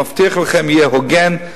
אני מבטיח לכם: יהיה הוגן,